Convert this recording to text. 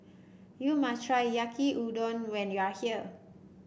you must try Yaki Udon when you are here